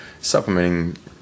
supplementing